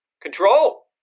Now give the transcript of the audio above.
control